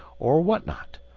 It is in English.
or what not.